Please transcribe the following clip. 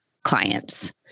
clients